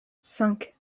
cinq